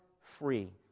free